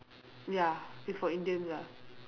ya it's for indians lah